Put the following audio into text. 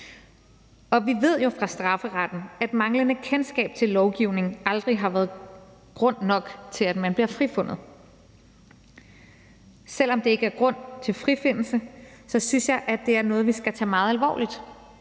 Og vi ved jo fra strafferetten, at manglende kendskab til lovgivningen aldrig har været grund nok til, at man bliver frifundet. Selv om det ikke er grund til frifindelse, synes jeg, at det er noget, vi skal tage meget alvorligt.